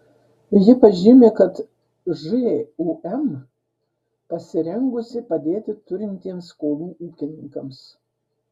ji pažymi kad žūm pasirengusi padėti turintiems skolų ūkininkams